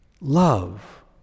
love